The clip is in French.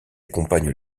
accompagne